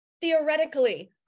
theoretically